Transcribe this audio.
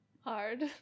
Hard